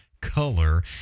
color